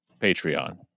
Patreon